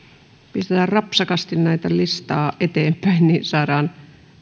pistetään rapsakasti listaa eteenpäin niin saadaan